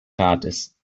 rates